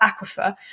aquifer